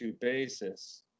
basis